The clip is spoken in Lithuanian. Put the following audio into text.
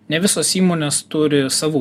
ne visos įmonės turi savų